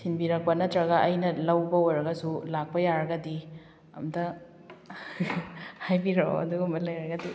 ꯊꯤꯟꯕꯤꯔꯛꯄ ꯅꯠꯇ꯭ꯔꯒ ꯑꯩꯅ ꯂꯧꯕ ꯑꯣꯏꯔꯒꯁꯨ ꯂꯥꯛꯄ ꯌꯥꯔꯒꯗꯤ ꯑꯝꯇ ꯍꯥꯏꯕꯤꯔꯛꯑꯣ ꯑꯗꯨꯒꯨꯝꯕ ꯂꯩꯔꯒꯗꯤ